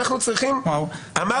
אמר